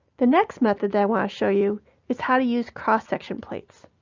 the next method that i want to show you is how to use cross-section plates.